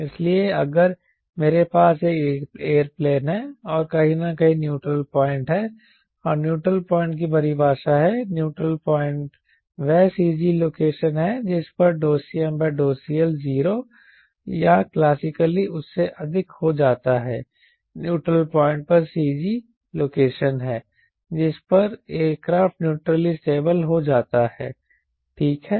इसलिए अगर मेरे पास एक एयरप्लेन है और कहीं न कहीं न्यूट्रल पॉइंट है और न्यूट्रल पॉइंट की परिभाषा है न्यूट्रल पॉइंट वह CG लोकेशन है जिस पर CmCL 0 या क्लासिकली उससे अधिक हो जाता है न्यूट्रल पॉइंट वह CG लोकेशन है जिस पर एयरक्राफ्ट न्यूट्रली स्टेबल हो जाता हैठीक है